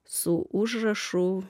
su užrašu